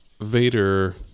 Vader